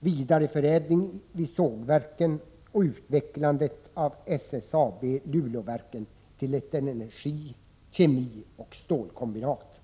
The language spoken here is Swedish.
vidareförädling vid sågverken och utvecklandet av SSAB-Luleåverken till ett energi-, kemioch stålkombinat.